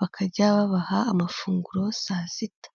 bakajya babaha amafunguro saa sita.